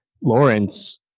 Lawrence